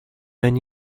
men